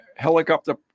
Helicopter